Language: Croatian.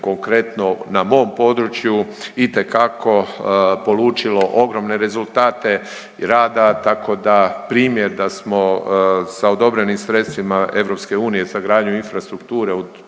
konkretno na mom području itekako polučilo ogromne rezultate rada tako da primjer da smo sa odobrenim sredstvima EU, za gradnju infrastrukture